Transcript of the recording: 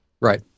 right